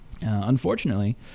unfortunately